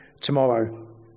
tomorrow